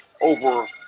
over